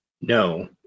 No